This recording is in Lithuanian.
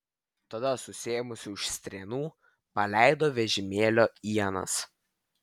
tada susiėmusi už strėnų paleido vežimėlio ienas